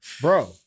Bro